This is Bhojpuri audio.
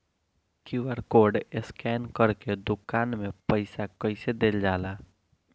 क्यू.आर कोड स्कैन करके दुकान में पईसा कइसे देल जाला?